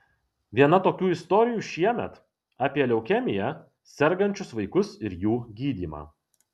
viena tokių istorijų šiemet apie leukemija sergančius vaikus ir jų gydymą